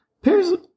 pairs